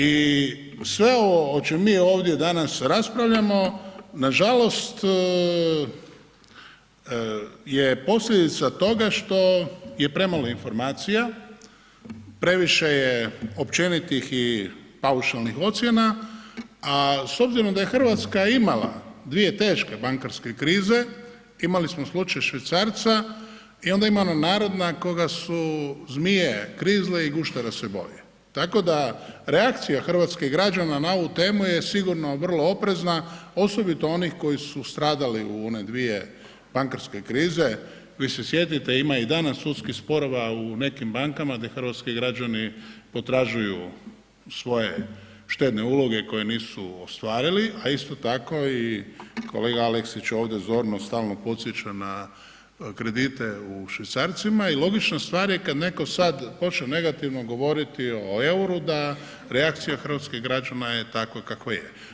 I sve ovo o čemu mi ovdje danas raspravljamo nažalost je posljedica toga što je premalo informacija, previše je općenitih i paušalnih ocjena, a s obzirom da je Hrvatska imala dvije teške bankarske krize, imali smo slučaj švicarca i onda ima ona narodna „koga su zmije grizle i guštera se boji“, tako da reakcija hrvatskih građana na ovu temu je sigurno vrlo oprezna osobito onih kojih su stradali u one dvije bankarske krize, vi se sjetite ima i danas sudskih sporova u nekim bankama gdje hrvatski građani potražuju svoje štedne uloge koje nisu ostvarili, a isto tako i kolega Aleksić ovdje zorno stalno podsjeća na kredite u švicarcima i logična stvar je kad netko sad počne negativno govoriti o EUR-u da reakcija hrvatskih građana je takva kakva je.